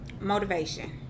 Motivation